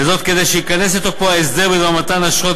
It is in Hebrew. כדי שייכנס לתוקפו ההסדר בדבר מתן אשרות